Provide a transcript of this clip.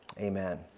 Amen